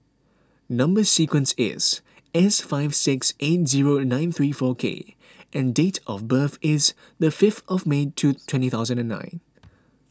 Number Sequence is S five six eight zero nine three four K and date of birth is the fifth of May two twenty thousand and nine